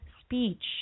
speech